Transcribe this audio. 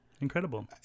Incredible